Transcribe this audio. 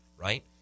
right